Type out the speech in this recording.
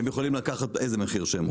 הן יכולות לקחת איה מחיר שהן רוצות.